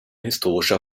historischer